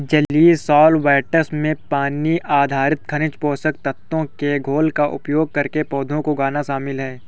जलीय सॉल्वैंट्स में पानी आधारित खनिज पोषक तत्वों के घोल का उपयोग करके पौधों को उगाना शामिल है